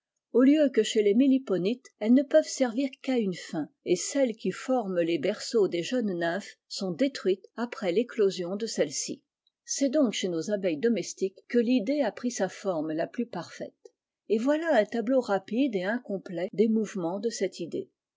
au lieu que chez les méliponites elles ne peuvent servir qu'à une fin et celles qui forment les berceaux des jeunes nymphes sont détruites après l'éclosion de celles-ci c'est donc chez nos abeilles domestiques que l'idée a pris sa forme la plus parfaite et voilà un tableau rapide et incomplet des mouv ments de cette idée